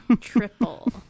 Triple